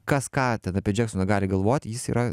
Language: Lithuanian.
kas ką ten apie džeksoną gali galvot jis yra